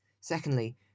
Secondly